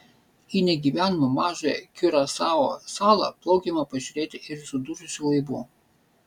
į negyvenamą mažąją kiurasao salą plaukiama pažiūrėti ir sudužusių laivų